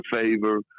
favor